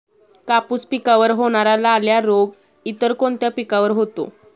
कापूस पिकावर होणारा लाल्या रोग इतर कोणत्या पिकावर होतो?